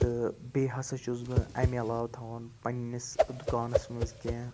تہٕ بیٚیہِ ہَسا چھُس بہٕ اَمہِ علاوٕ تھاوان پننِس دُکانَس منٛز کیٚنٛہہ